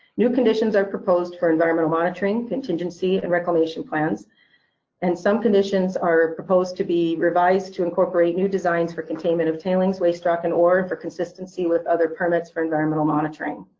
new conditions are proposed for environmental monitoring, contingency, and reclamation plans and some conditions are proposed to be revised to incorporate new designs for containment of tailings, waste rock, and ore and for consistency with other permits for environmental monitoring.